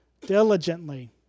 diligently